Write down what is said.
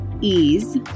ease